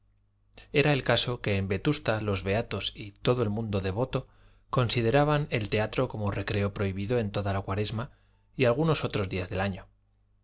era el caso que en vetusta los beatos y todo el mundo devoto consideraban el teatro como recreo prohibido en toda la cuaresma y algunos otros días del año